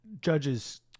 judges